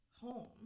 home